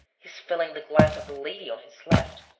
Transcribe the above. he is filling the glass of the lady on his left.